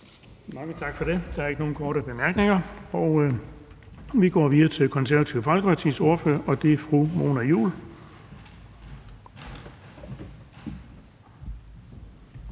Mange tak for det. Der er ikke nogen korte bemærkninger, og vi går videre til Det Konservative Folkepartis ordfører, og det er fru Mona Juul.